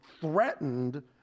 threatened